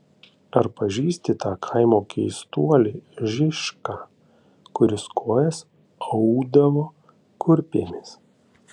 ar pažįsti tą kaimo keistuolį žišką kuris kojas audavo kurpėmis